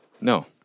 No